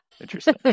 Interesting